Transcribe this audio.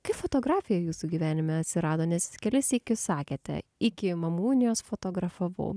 kaip fotografija jūsų gyvenime atsirado nes kelis sykius sakėte iki mamų unijos fotografavau